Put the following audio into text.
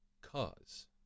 cause